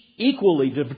equally